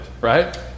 Right